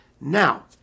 Now